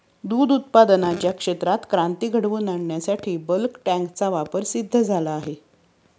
दूध उत्पादनाच्या क्षेत्रात क्रांती घडवून आणण्यासाठी बल्क टँकचा वापर सिद्ध झाला आहे